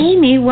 Amy